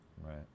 Right